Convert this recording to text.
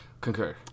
Concur